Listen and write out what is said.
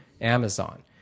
Amazon